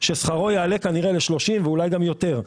ששכרו יעלה כנראה ל-30,000 ואולי גם יותר,